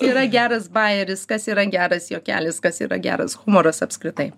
yra geras bajeris kas yra geras juokelis kas yra geras humoras apskritai